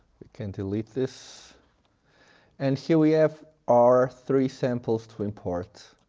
we can delete this and here we have our three samples to import